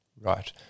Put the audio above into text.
Right